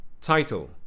TITLE